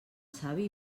savi